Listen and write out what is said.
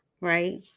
Right